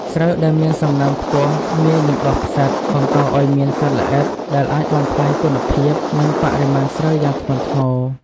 ស្រូវដែលមានសំណើមខ្ពស់ ងាយនឹងដុះផ្សិត បង្កឲ្យមានសត្វល្អិត ដែលអាចបំផ្លាញគុណភាព និងបរិមាណស្រូវយ៉ាងធ្ងន់ធ្ងរ។